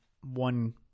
one